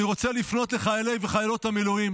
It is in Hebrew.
אני רוצה לפנות לחיילי ולחיילות המילואים